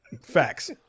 facts